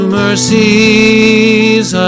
mercies